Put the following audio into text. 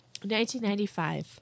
1995